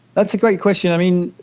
that's a great question. i mean,